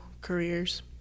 careers